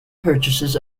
purchases